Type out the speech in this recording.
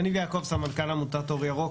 שמי יניב יעקב, אני סמנכ"ל עמותת אור ירוק.